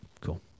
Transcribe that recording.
Cool